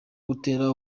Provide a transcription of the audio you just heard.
gutera